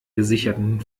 gesicherten